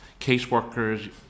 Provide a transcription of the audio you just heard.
caseworkers